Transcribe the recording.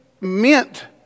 meant